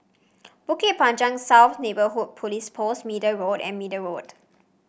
Bukit Panjang South Neighbourhood Police Post Middle Road and Middle Road